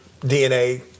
DNA